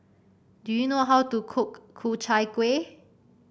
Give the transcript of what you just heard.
do you know how to cook Ku Chai Kueh